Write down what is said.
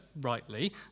rightly